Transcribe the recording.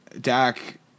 Dak